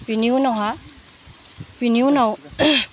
बिनि उनाव